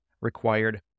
required